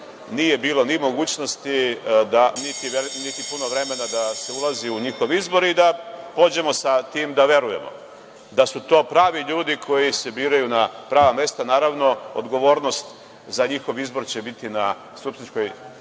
Nije bilo ni mogućnosti, niti puno vremena da se ulazi u njihov izbor i da pođemo sa tim da verujemo da su to pravi ljudi koji se biraju na prava mesta. Naravno, odgovornost za njihov izbor će biti na skupštinskoj